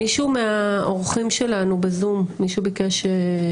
מישהו מהאורחים שלנו בזום, מישהו ביקש.